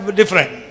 different